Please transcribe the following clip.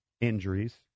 injuries